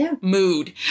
mood